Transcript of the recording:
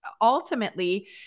ultimately